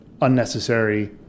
unnecessary